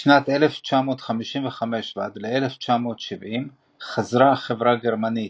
משנת 1955 ועד ל-1970 חזרה חברה גרמנית,